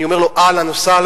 אני אומר לו: אהלן וסהלן,